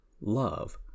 love